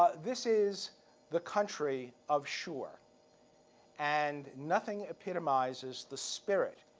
ah this is the country of sure and nothing epitomizes the spirit,